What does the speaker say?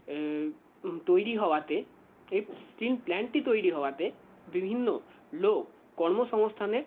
তৈরি হওয়াতে এর স্টিল প্ল্যান্টটি তৈরি হওয়াতে বিভিন্ন লোক কর্মসংস্থানের